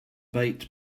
bait